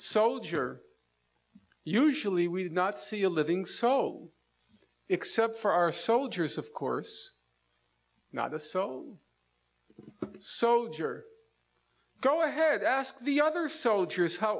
soldier usually we did not see a living soul except for our soldiers of course not the so so go ahead ask the other soldiers how